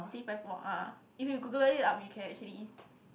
si-pai-por ah if you Google it up you can actually